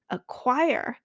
Acquire